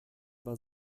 war